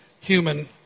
human